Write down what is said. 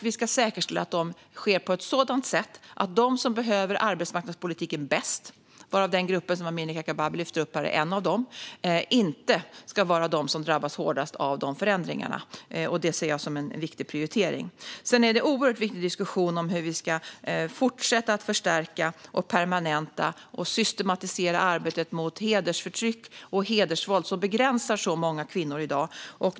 Vi ska säkerställa att detta sker på ett sådant sätt att de som behöver arbetsmarknadspolitiken mest - Amineh Kakabaveh lyfte upp en av dessa grupper - inte drabbas hårdast av förändringarna. Detta ser jag som en viktig prioritering. Sedan är det en oerhört viktig diskussion hur vi ska fortsätta att förstärka, permanenta och systematisera arbetet mot hedersförtryck och hedersvåld, som begränsar många kvinnor i dag.